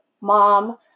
mom